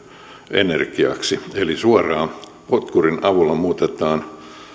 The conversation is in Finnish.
energiaksi eli suoraan potkurin avulla se muutetaan